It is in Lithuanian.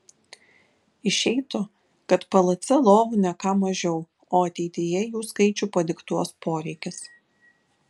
išeitų kad plc lovų ne ką mažiau o ateityje jų skaičių padiktuos poreikis